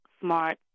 smart